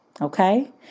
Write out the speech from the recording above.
Okay